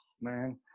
Man